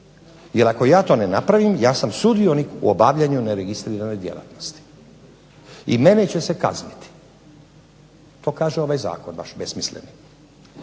jer ako ja to ne napravim ja sam sudionik u obavljanju neregistrirane djelatnosti i mene će se kazniti. To kaže ovaj Zakon vaš besmisleni.